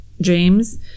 James